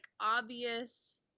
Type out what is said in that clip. obvious